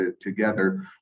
together